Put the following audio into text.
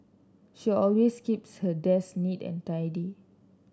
she always keeps her desk neat and tidy